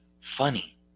funny